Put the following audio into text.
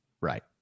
Right